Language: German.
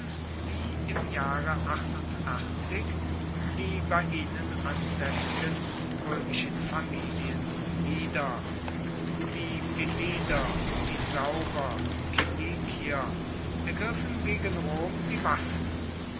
wie im jahre die bei ihnen ansässigen römischen familien nieder die pisider isaurer kiliker ergriffen gegen rom die waffen